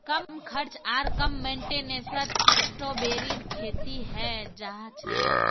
कम खर्च आर कम मेंटेनेंसत स्ट्रॉबेरीर खेती हैं जाछेक